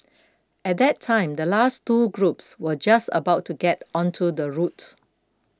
at that time the last two groups were just about to get onto the route